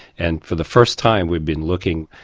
and for the first time we've been looking,